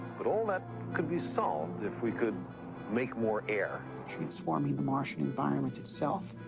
but all that could be solved if we could make more air. transforming the martian environment itself,